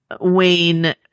wayne